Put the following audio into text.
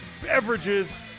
beverages